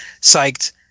psyched